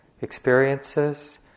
experiences